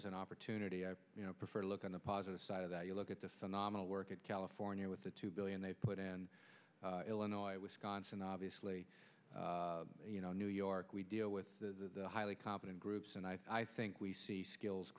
as an opportunity i prefer to look on the positive side of that you look at the phenomenal work of california with the two billion they put in illinois wisconsin obviously you know new york we deal with highly competent groups and i think we see skills